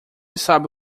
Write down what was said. sabe